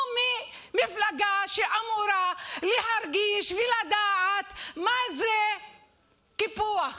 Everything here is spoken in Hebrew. הוא ממפלגה שאמורה להרגיש ולדעת מה זה קיפוח,